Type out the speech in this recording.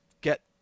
get